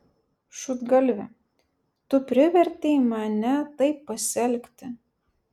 šūdgalvi tu privertei mane taip pasielgti